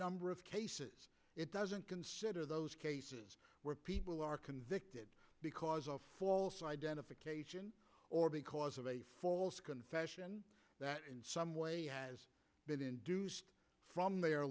number of cases it doesn't consider those cases where people are convicted because of false identification or because of a false confession that in some way been induced from their